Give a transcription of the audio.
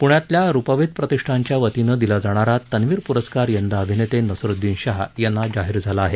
प्ण्यातल्या रुपवेध प्रतिष्ठानच्या वतीनं दिला जाणारा तन्वीर प्रस्कार यंदा अभिनेते नसरुद्दीन शहा यांना जाहीर झाला आहे